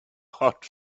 hot